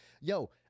Yo